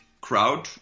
crowd